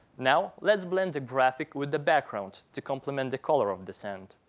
now, let's blend the graphic with the background to complement the color of the sand.